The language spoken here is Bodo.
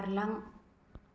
बारलां